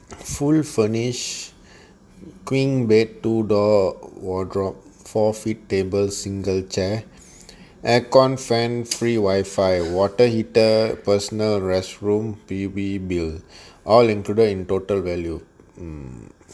full furnish queen bed two door wardrobe for feet table single chair air con fan free wifi water heater personal rest room P_U_B bill all included in total value mm